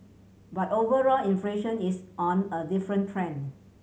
but overall inflation is on a different trend